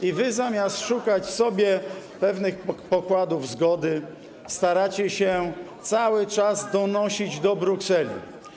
I wy, zamiast szukać w sobie pewnych pokładów zgody, staracie się cały czas donosić do Brukseli.